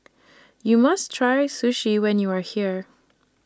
YOU must Try Sushi when YOU Are here